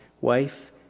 Wife